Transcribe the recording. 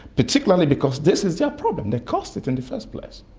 particularly because this is their problem. they caused it in the first place.